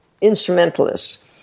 instrumentalists